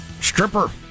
Stripper